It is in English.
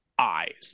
eyes